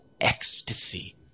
ecstasy